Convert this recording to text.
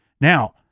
Now